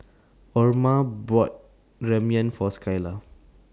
Orma bought Ramyeon For Skylar